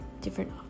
different